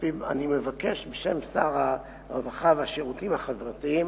אני מבקש בשם שר הרווחה והשירותים החברתיים